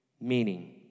meaning